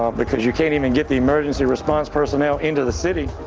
um because you can't even get the emergency-response personnel into the city